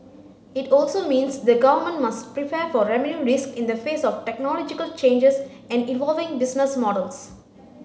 it also means the government must prepare for revenue risk in the face of technological changes and evolving business models